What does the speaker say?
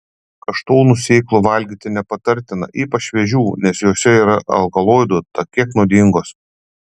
kaštonų sėklų valgyti nepatartina ypač šviežių nes jose yra alkaloidų tad kiek nuodingos